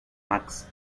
max